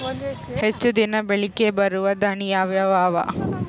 ಹೆಚ್ಚ ದಿನಾ ಬಾಳಿಕೆ ಬರಾವ ದಾಣಿಯಾವ ಅವಾ?